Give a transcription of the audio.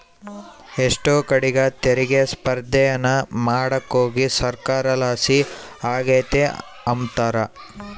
ಎಷ್ಟೋ ಕಡೀಗ್ ತೆರಿಗೆ ಸ್ಪರ್ದೇನ ಮಾಡಾಕೋಗಿ ಸರ್ಕಾರ ಲಾಸ ಆಗೆತೆ ಅಂಬ್ತಾರ